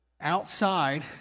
Outside